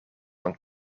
van